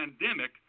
pandemic